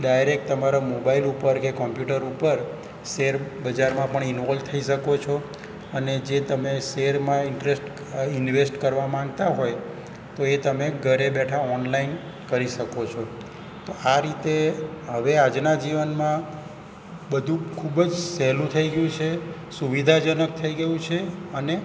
direct તમારા mobile ઉપર કે કોંપ્યુટર ઉપર શેર બજારમાં પણ ઇનવોલ થઈ શકો છો અને જે તમે શેરમાં ઇન્ટરેસ્ટ ઇન્વેસ્ટ કરવા માગતા હોય તો એ તમે ઘરે બેઠા ઓનલાઈન કરી શકો છો તો આ રીતે હવે આજના જીવનમાં બધું ખૂબ જ સહેલું થઈ ગયું છે સુવિધાજનક થઈ ગયું છે અને